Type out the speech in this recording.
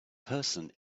person